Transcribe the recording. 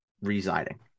residing